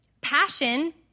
Passion